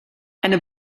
eine